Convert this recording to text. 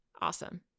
awesome